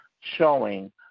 showing